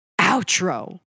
outro